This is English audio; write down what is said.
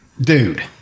dude